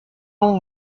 donc